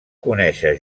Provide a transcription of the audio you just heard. conèixer